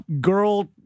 girl